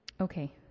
Okay